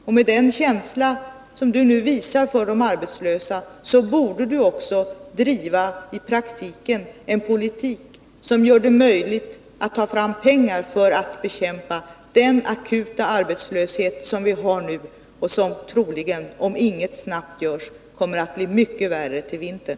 Och med den känsla som Alf Wennerfors nu visar för de arbetslösa, så borde han också i praktiken driva en politik som gör det möjligt att ta fram pengar för att bekämpa den akuta arbetslöshet som vi har nu och som troligen, om inget görs snabbt, kommer att bli mycket värre till vintern.